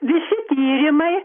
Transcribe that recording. visi tyrimai